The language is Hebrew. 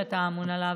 שאתה אמון עליו,